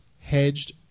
hedged